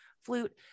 flute